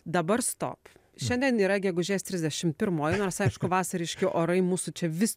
dabar stop šiandien yra gegužės trisdešimt pirmoji nors aišku vasariški orai mūsų čia vis